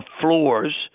floors